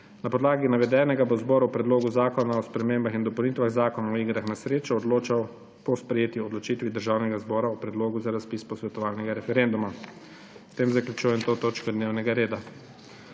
Na podlagi navedenega bo zbor o Predlogu zakona o spremembah in dopolnitvah Zakona o igrah na srečo odločal po sprejetju odločitvi Državnega zbora o predlogu za razpis posvetovalnega referenduma. S tem zaključujem to točko dnevnega reda.